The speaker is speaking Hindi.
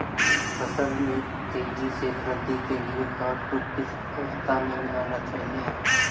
फसल में तेज़ी से वृद्धि के लिए खाद को किस अवस्था में मिलाना चाहिए?